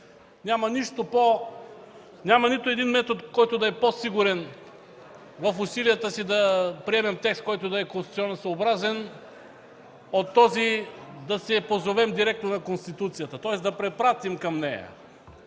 Няма нито един метод, който да е по-сигурен в усилията си да приемем текст, който да е конституционносъобразен, от този да се позовем директно на Конституцията, тоест да препратим към нея.